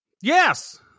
Yes